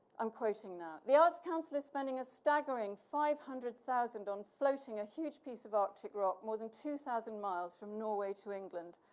i'm quoting now, the arts council is spending a staggering five hundred thousand on floating a huge piece of arctic rock more than two thousand miles from norway to england.